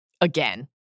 again